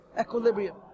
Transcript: equilibrium